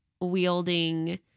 wielding